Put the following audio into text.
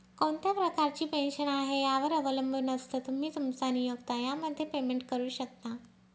कोणत्या प्रकारची पेन्शन आहे, यावर अवलंबून असतं, तुम्ही, तुमचा नियोक्ता यामध्ये पेमेंट करू शकता